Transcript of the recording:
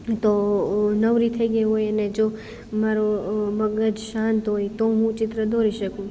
તો નવરી થઈ ગઈ હોય અને જો મારું મગજ શાંત હોય તો હું ચિત્ર દોરી શકું